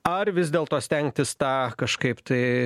ar vis dėlto stengtis tą kažkaip tai